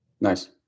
Nice